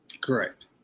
Correct